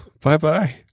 Bye-bye